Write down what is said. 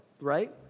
right